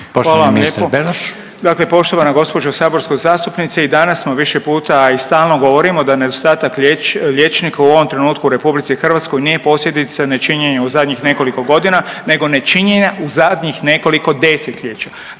vam lijepo. Dakle poštovana gđo. saborska zastupnice i danas smo više puta, a i stalno govorimo da nedostatak liječnika u ovom trenutku u RH nije posljedica nečinjenja u zadnjih nekoliko godina nego nečinjenja u zadnjih nekoliko 10-ljeća.